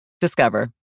Discover